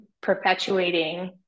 perpetuating